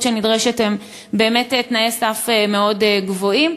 שנדרשת הם באמת תנאי סף מאוד גבוהים.